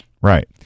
Right